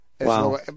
Wow